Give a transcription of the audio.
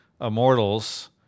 Immortals